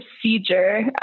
procedure